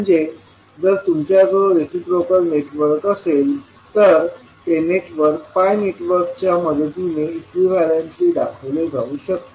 म्हणजे जर तुमच्याजवळ रेसिप्रोकल नेटवर्क असेल तर ते नेटवर्क pi नेटवर्कच्या मदतीने इक्विवेलन्टली दाखवले जाऊ शकते